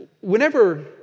whenever